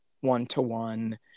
one-to-one